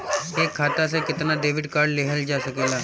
एक खाता से केतना डेबिट कार्ड लेहल जा सकेला?